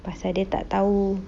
pasal dia tak tahu